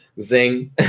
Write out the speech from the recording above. Zing